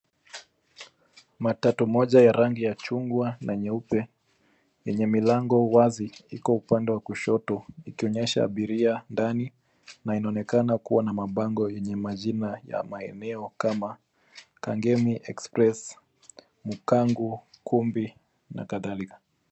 Matatu moja ya rangi ya chungwa na nyeupe yenye milango wazi iko upande wa kushoto ikionyesha abairia ndani na inaonekana na mabango yenye majina ya maeneo kama Kagemi express, Mukangu, Njumbi na kadhalika.